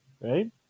right